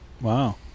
Wow